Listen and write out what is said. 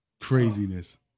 Craziness